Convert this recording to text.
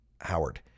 Howard